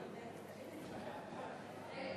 משה גפני ויעקב אשר לסעיף 1 לא נתקבלה.